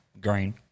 Green